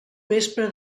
vespre